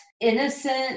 innocent